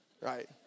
right